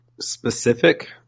specific